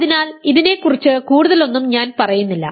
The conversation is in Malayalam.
അതിനാൽ ഇതിനെക്കുറിച്ച് കൂടുതലൊന്നും ഞാൻ പറയുന്നില്ല